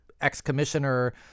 ex-commissioner